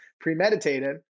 premeditated